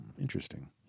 interesting